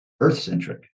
earth-centric